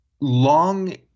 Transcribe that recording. long –